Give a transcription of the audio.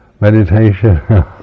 meditation